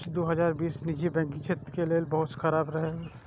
वर्ष दू हजार बीस निजी बैंकिंग क्षेत्र के लेल बहुत खराब रहलै